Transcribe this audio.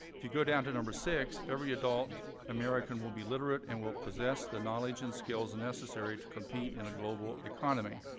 if you go down to number six, every adult american will be literate and will possess the knowledge and skills and necessary to compete in a global economy.